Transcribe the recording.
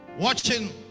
Watching